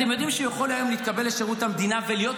אתם יודעים שהוא יכול היום להתקבל לשירות המדינה ולהיות